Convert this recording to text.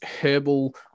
herbal